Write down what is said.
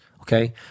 okay